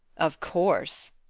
of course!